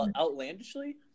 Outlandishly